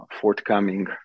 forthcoming